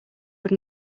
wood